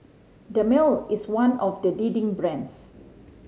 Dermale is one of the leading brands